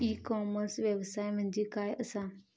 E commerce व्यवसाय म्हणजे काय असा?